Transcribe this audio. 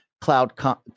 Cloud